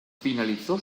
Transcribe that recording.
finalizó